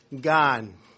gone